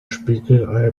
spiegelei